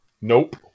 Nope